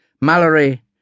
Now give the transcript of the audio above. Mallory